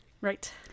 Right